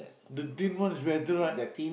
the thin ones better right